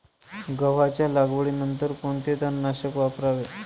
गव्हाच्या लागवडीनंतर कोणते तणनाशक वापरावे?